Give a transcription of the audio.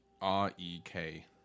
R-E-K